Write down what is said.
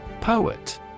Poet